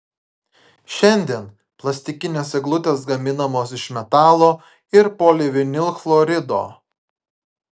šiandien plastikinės eglutės gaminamos iš metalo ir polivinilchlorido